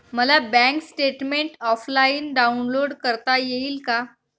मला bank statement offline download करता येईल का?